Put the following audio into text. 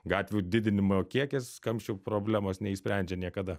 gatvių didinimo kiekis kamščių problemos neišsprendžia niekada